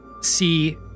see